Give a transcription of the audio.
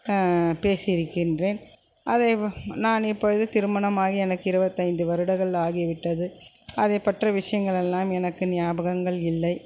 பேசியிருக்கின்றேன் அதே போல் நான் இப்பொழுது திருமணமாகி எனக்கு இருபத்தைந்து வருடங்கள் ஆகிவிட்டது அதை பற்றிய விஷயங்களெல்லாம் எனக்கு ஞாபகங்கள் இல்லை